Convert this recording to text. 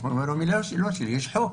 אבל הוא אומר שהמדינה לא שלו על פי חוק.